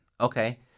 Okay